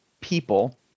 people